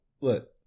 Look